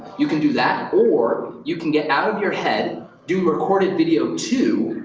you can do that or you can get out of your head, do recorded video, too,